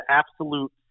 absolute